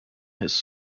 his